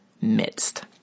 midst